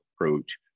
approach